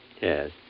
yes